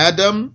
Adam